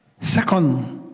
Second